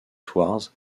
thouars